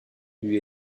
lui